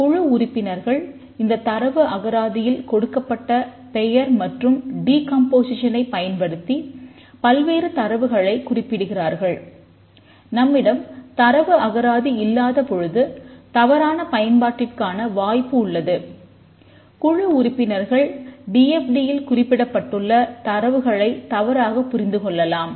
குழு உறுப்பினர்கள் இந்த தரவு அகராதியில் கொடுக்கப்பட்ட பெயர் மற்றும் டீகம்போசிஷனைப் ல் குறிப்பிடப்பட்டுள்ள தரவுகளை தவறாகப் புரிந்து கொள்ளலாம்